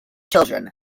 children